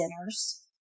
sinners